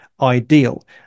ideal